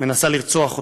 מנסה לרצוח אותו.